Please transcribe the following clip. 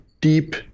deep